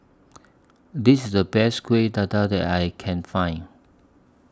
This IS The Best Kueh Dadar that I Can Find